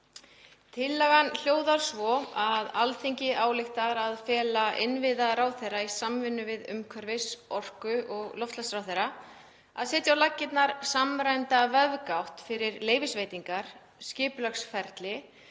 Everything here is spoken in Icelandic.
Tillagan hljóðar svo: „Alþingi ályktar að fela innviðaráðherra í samvinnu við umhverfis-, orku- og loftslagsráðherra að setja á laggirnar samræmda vefgátt fyrir leyfisveitingar, skipulagsferli,